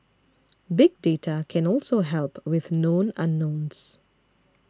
big data can also help with known unknowns